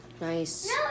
Nice